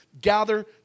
gather